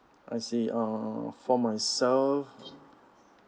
I see uh for myself